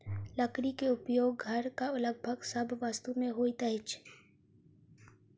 लकड़ी के उपयोग घरक लगभग सभ वस्तु में होइत अछि